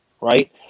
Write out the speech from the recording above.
right